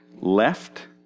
left